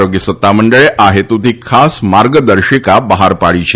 આરોગ્ય સત્તામંડળે આ હેતુથી ખાસ માર્ગદર્શિકા બહાર પાડી છે